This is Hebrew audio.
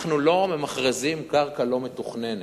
אנחנו לא ממכרזים קרקע לא מתוכננת.